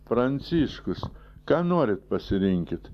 pranciškus ką norit pasirinkit